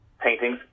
paintings